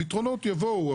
הפתרונות יבואו,